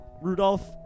Rudolph